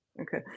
okay